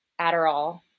Adderall